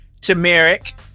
turmeric